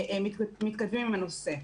מתכתבים עם הנושא.